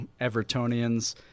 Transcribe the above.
Evertonians